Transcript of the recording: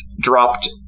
dropped